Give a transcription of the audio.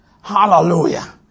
Hallelujah